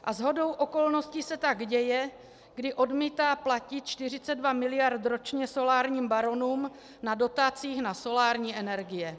A shodou okolností se tak děje, když odmítá platit 42 mld. ročně solárním baronům na dotacích na solární energie.